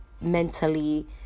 mentally